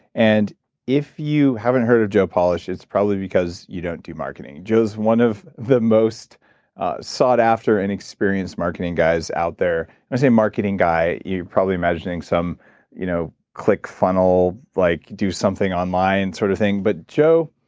and if you haven't heard of joe polish, it's probably because you don't do marketing. joe's one of the most sought after and experienced marketing guys out there. as a marketing guy, you're probably imagining some you know click funnel, like do something online sort of thing, but joe